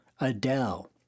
Adele